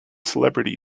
celebrities